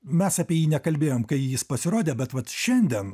mes apie jį nekalbėjom kai jis pasirodė bet vat šiandien